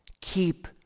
keep